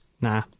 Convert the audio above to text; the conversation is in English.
nah